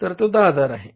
तर तो 10000 आहे